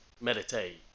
meditate